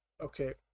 Okay